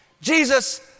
Jesus